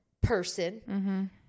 person